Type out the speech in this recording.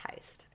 heist